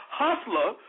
hustler